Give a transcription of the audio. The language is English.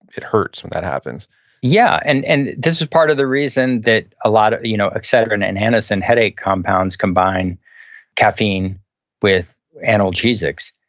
it hurts when that happens yeah, and and this is part of the reason that a lot of you know excedrin and anacin headache compounds combine caffeine with analgesics.